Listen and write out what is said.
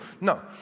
No